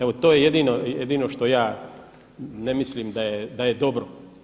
Evo to je jedino što ja ne mislim da je dobro.